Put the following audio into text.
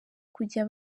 kujya